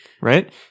right